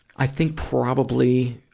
i think, probably,